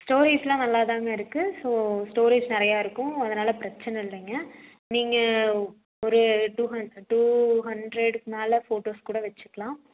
ஸ்டோரேஜ்லாம் நல்லா தாங்க இருக்குது ஸோ ஸ்டோரேஜ் நிறையா இருக்கும் அதனால பிரச்சனை இல்லைங்க நீங்கள் ஒரு டூ ஹண்ட்ரேட் டூ ஹண்ட்ரேட்டுக்கு மேலே ஃபோட்டோஸ் கூட வச்சிக்கலாம்